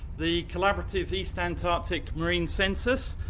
the collaborative east antarctic marine census.